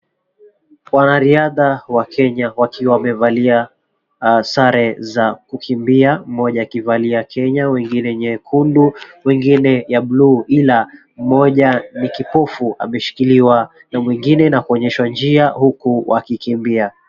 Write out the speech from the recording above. Wanariadha wa kenya wakiwa wamevalia sare za kukimbia, mmoja akivalia Kenya mwingine nyekundu, mwingine ya buluu ila mmoja ni kipofu ameshikiliwa na mwingine na kuonyeshwa njia huku wakikimbia.